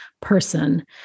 person